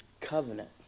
covenant